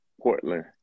Portland